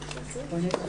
עליה,